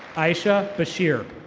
aisha bashir.